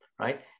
right